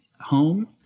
home